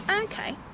okay